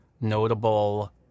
notable